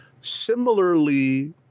similarly